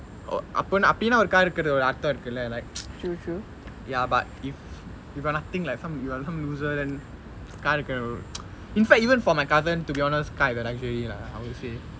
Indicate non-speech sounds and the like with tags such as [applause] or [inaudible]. oh அப்போ அப்படினா:appo appidinaa car இருக்குரதுல ஒறு அர்த்தம் இருக்குல:irukrathula oru artham irukkula like [noise] ya but if if you got nothing like some you are some loser then car [noise] in fact even for my cousin to be honest car is a luxury lah I would say